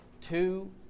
two